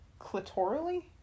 clitorally